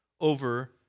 over